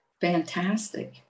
fantastic